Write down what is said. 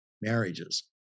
marriages